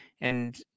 and-